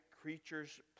creature's